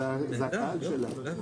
זה הקהל שלהם.